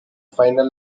final